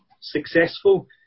successful